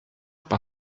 par